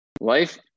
life